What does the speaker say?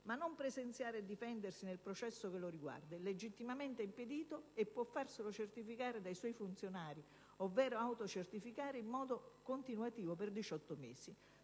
ma non presenziare e difendersi nel processo che lo riguarda: è legittimamente impedito e può farselo certificare dai suoi funzionari (ovvero autocertificare) in modo continuativo per diciotto